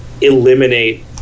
eliminate